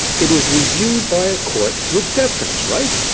it is reviewed by a court with deference, right?